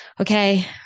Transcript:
okay